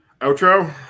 Outro